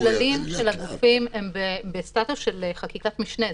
הכללים של הגופים הם בסטטוס של חקיקת משנה,